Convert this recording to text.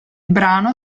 brano